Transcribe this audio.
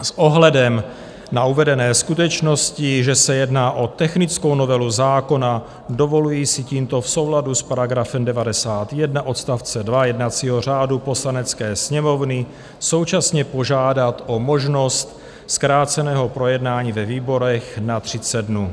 S ohledem na uvedení skutečnosti, že se jedná o technickou novelu zákona, dovoluji si tímto v souladu s § 91 odst. 2 jednacího řádu Poslanecké sněmovny současně požádat o možnost zkráceného projednání ve výborech na 30 dnů.